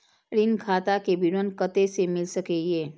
ऋण खाता के विवरण कते से मिल सकै ये?